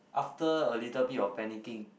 after a little bit of panicking